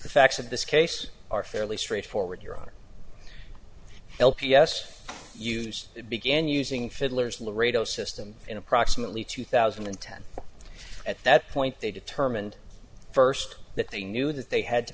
facts of this case are fairly straightforward your honor l p s use began using fiddlers laredo system in approximately two thousand and ten at that point they determined first that they knew that they had to